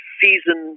season